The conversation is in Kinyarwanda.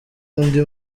undi